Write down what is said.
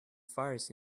fires